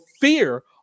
fear